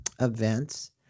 events